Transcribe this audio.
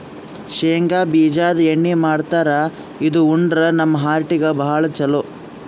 ಶೇಂಗಾ ಬಿಜಾದು ಎಣ್ಣಿ ಮಾಡ್ತಾರ್ ಇದು ಉಂಡ್ರ ನಮ್ ಹಾರ್ಟಿಗ್ ಭಾಳ್ ಛಲೋ